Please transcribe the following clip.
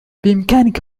بإمكانك